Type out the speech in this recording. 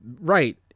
Right